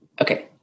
Okay